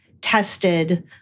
tested